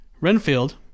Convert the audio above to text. renfield